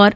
R